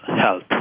health